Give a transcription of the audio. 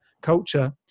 culture